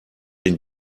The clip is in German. den